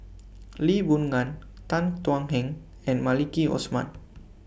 Lee Boon Ngan Tan Thuan Heng and Maliki Osman